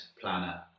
planner